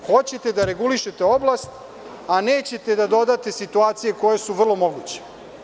Hoćete da regulišete oblast, a nećete da dodate situacije koje su vrlo moguće.